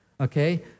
Okay